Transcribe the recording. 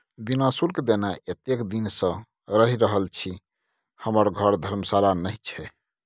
बिना शुल्क देने एतेक दिन सँ रहि रहल छी हमर घर धर्मशाला नहि छै